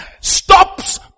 stops